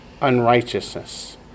unrighteousness